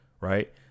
right